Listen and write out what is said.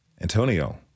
Antonio